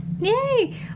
yay